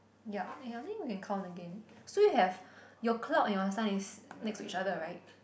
yup eh I think we can count again so you have your cloud and your sun is next to each other right